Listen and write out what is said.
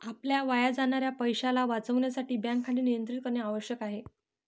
आपल्या वाया जाणाऱ्या पैशाला वाचविण्यासाठी बँक खाते नियंत्रित करणे आवश्यक आहे